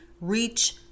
reach